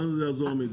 מה זה יעזור המידע?